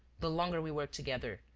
the longer we work together,